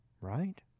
right